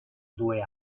due